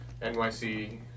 NYC